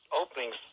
openings